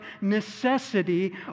necessity